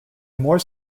more